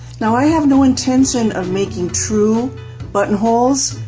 now i have no intention of making true buttonholes,